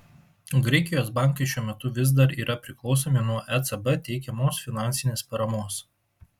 graikijos bankai šiuo metu vis dar yra priklausomi nuo ecb teikiamos finansinės paramos